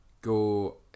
go